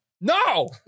no